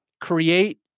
create